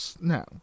No